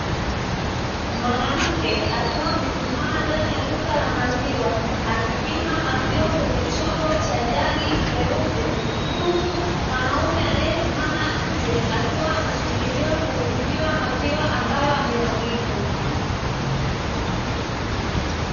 Mwanamke akiwa amesimama ndani ya duka la maziwa akipima maziwa kwenye chombo cha jagi leupe, huku mwanaume aliyesimama nje akiwa anasubiria kuhudumiwa maziwa ambayo ameagiza.